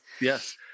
Yes